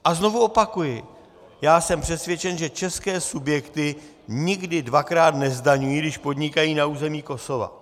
A znovu opakuji, jsem přesvědčen, že české subjekty nikdy dvakrát nezdaňují, když podnikají na území Kosova.